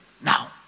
Now